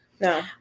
No